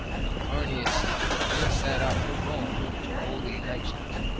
calpur nius then set out for rome to hold the elections,